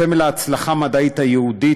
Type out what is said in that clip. סמל ההצלחה המדעית היהודית,